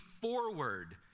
forward